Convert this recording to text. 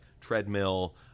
treadmill